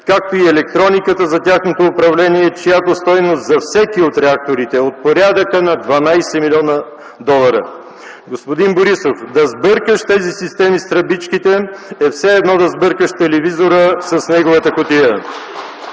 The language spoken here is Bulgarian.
както и електрониката за тяхното управление, чиято стойност за всеки от реакторите е от порядъка на 12 млн. долара. Господин Борисов, да сбъркаш тези системи с „тръбичките”, е все едно да сбъркаш телевизора с неговата кутия!